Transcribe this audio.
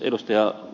rehulalle